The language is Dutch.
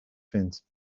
vindt